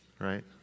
Right